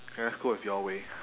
okay let's go with your way